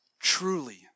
truly